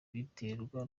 biterwa